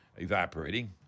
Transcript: evaporating